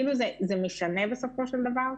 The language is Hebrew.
זה משנה בסופו של דבר?